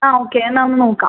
ആ ഓക്കെ എന്നാൽ ഒന്ന് നോക്കാം